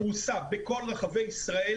פרוסה בכל רחבי ישראל